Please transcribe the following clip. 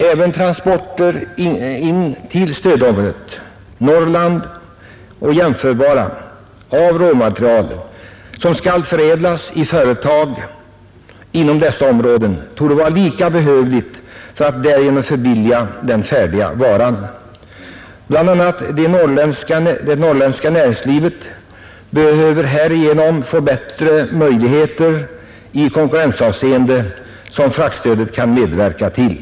Även stöd av transporter in till stödområdet, Norrland och jämförbara områden, av råmaterial som skall förädlas i företag inom dessa områden torde vara lika behövligt för att därigenom förbilliga den färdiga varan. Bl. a. det norrländska näringslivet behöver härigenom få de bättre möjligheter i konkurrensavseende, som fraktstödet kan medverka till.